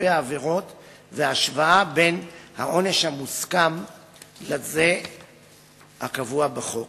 סעיפי העבירות והשוואה בין העונש המוסכם לזה הקבוע בחוק.